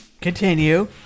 continue